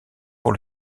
pour